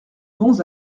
bons